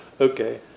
Okay